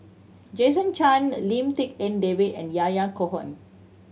Jason Chan Lim Tik En David and Yahya Cohen